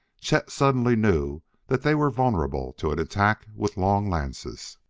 chet suddenly knew that they were vulnerable to an attack with long lances.